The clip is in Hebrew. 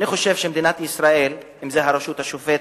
אני חושב שמדינת ישראל, הרשויות השופטת,